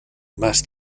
más